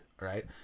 right